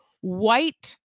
white